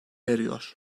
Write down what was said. yarıyor